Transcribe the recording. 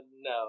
no